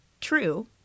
true